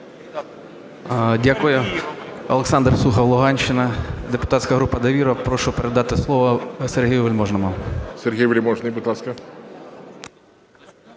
Дякую. Олександр Сухов, Луганщина, депутатська група "Довіра". Прошу передати слово Сергію Вельможному. ГОЛОВУЮЧИЙ. Сергій Вельможний, будь ласка.